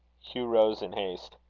hugh rose in haste.